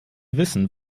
wissen